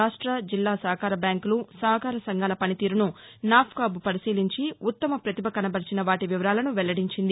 రాష్ట జిల్లా సహకార బ్యాంకులు సహకార సంఘాల పనితీరును నాఫ్కాబ్ పరిశీలించి ఉత్తమ పతిభ కనబరిచిన వాటి వివరాలను వెల్లడించింది